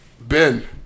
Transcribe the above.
Ben